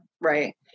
Right